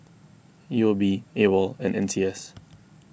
U O B Awol and N C S